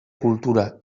cultura